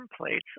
templates